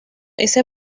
ese